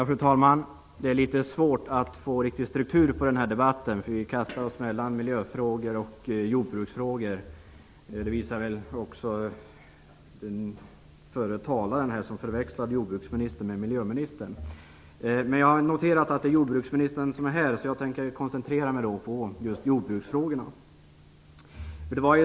Fru talman! Det är litet svårt att skönja en struktur i denna debatt. Vi kastas mellan miljöfrågor och jordbruksfrågor, och det drabbades också den föregående talaren av när hon förväxlade jordbruksministern med miljöministern. Jag har dock noterat att det är jordbruksministern som är här, och jag tänker därför koncentrera mig på jordbruksfrågorna.